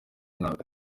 mwaka